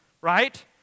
Right